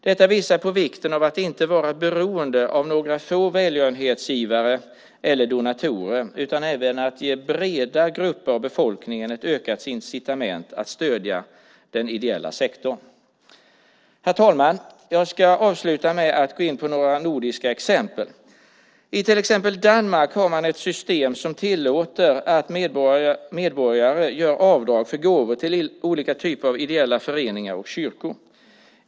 Detta visar vikten av att inte vara beroende av några få välgörenhetsgivare eller donatorer, utan man bör ge breda grupper av befolkningen ett ökat incitament att stödja den ideella sektorn. Herr talman! Jag ska avsluta med att ta upp några nordiska exempel. I till exempel Danmark har man ett system som tillåter att medborgare gör avdrag för gåvor till olika typer av ideella föreningar och kyrkor.